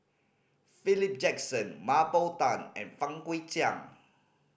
Philip Jackson Mah Bow Tan and Fang Guixiang